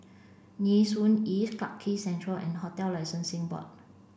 Nee Soon East Clarke Quay Central and Hotel Licensing Board